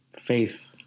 faith